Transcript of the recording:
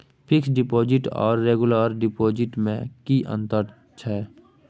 Fix deposit आर regular deposit में की अंतर होय छै?